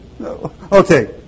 Okay